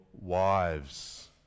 wives